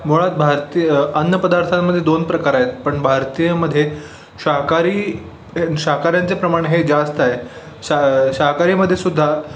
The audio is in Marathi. मुळात भारतीय अन्न पदार्थांमध्ये दोन प्रकार आहेत पण भारतीयमध्ये शाकाहारी शाकाहाऱ्यांचे प्रमाण हे जास्त आहे शा शाकाहारीमध्ये सुद्धा